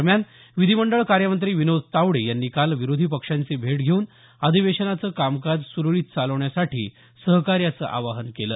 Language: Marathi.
दरम्यान विधीमंडळ कार्यमंत्री विनोद तावडे यांनी काल विरोधी पक्षांची भेट घेऊन अधिवेशनाचं कामकाज सुरळीत चालवण्यासाठी सहकार्याचं आवाहन केलं